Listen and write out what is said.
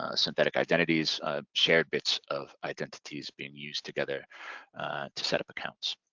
ah synthetic identities ah shared bits of identities being used together to set up accounts.